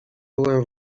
byłem